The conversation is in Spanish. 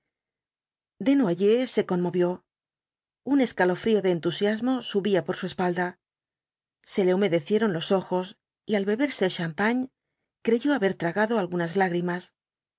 desnoyers se conmovió un escalofrío de entusiasmo subía por su espalda se le humedecieron los ojos y al beberse el champan creyó haber tragado algunas lágrimas